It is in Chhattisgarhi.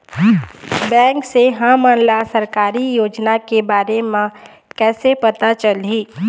बैंक से हमन ला सरकारी योजना के बारे मे कैसे पता चलही?